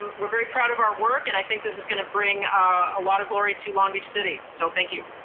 um we're very proud of our work and i think this is going to bring a lot of glory to long beach city, so thank you.